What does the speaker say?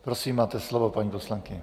Prosím, máte slovo, paní poslankyně.